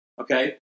okay